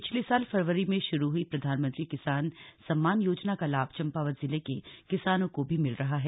पिछले साल फरवरी में शुरू हुई प्रधानमंत्री किसान सम्मान योजना का लाभ चम्पावत जिले के किसानों को भी मिल रहा है